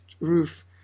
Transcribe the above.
roof